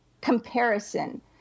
comparison